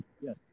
Yes